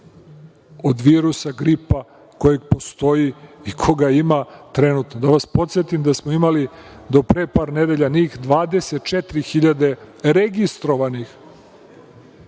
od virusa gripa koji postoji i koga ima trenutno. Da vas podsetim da smo imali do pre par nedelja njih 24 hiljade registrovanih